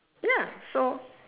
ya so